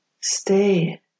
stay